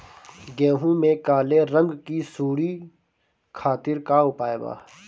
गेहूँ में काले रंग की सूड़ी खातिर का उपाय बा?